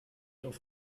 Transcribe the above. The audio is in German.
auf